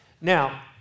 Now